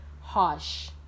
harsh